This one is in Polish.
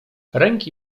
ręki